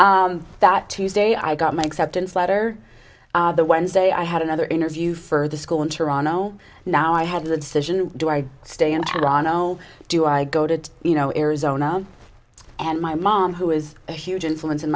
me that tuesday i got my acceptance letter the wednesday i had another interview for the school in toronto now i had the decision do i stay in iran oh do i go to you know arizona and my mom who is a huge influence in